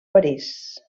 parís